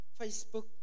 Facebook